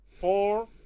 four